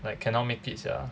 like cannot make it sia